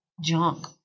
junk